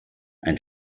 ein